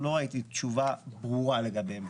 ראיתי תשובה ברורה לגביהן.